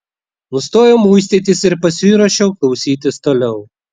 nustojau muistytis ir pasiruošiau klausytis toliau